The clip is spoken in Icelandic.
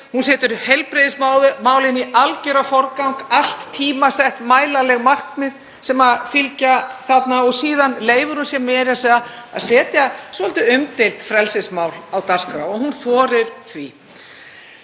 Hún setur heilbrigðismálin í algeran forgang, allt tímasett, mælanleg markmið sem fylgja þarna, og síðan leyfir hún sér meira að segja að setja svolítið umdeild frelsismál á dagskrá, hún þorir það.